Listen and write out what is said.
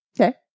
Okay